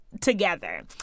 together